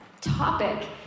topic